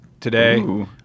today